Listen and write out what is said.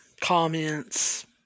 comments